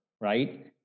right